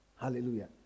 Hallelujah